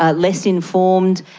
ah less informed,